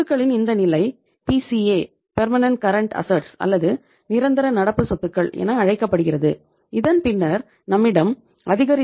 சொத்துக்களின் இந்த நிலை பி